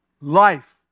Life